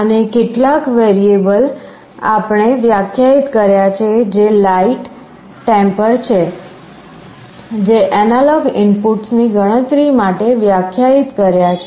અને કેટલાક વેરિયેબલ આપણે વ્યાખ્યાયિત કર્યા છે જે light temper છે જે એનાલોગ ઇનપુટ્સની ગણતરી માટે વ્યાખ્યાયિત કર્યા છે